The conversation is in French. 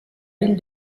ville